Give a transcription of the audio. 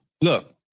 look